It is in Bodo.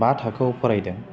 बा थाखोयाव फरायदों